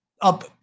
up